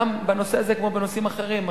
גם בנושא הזה כמו בנושאים אחרים,